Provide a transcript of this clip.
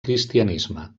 cristianisme